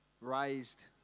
raised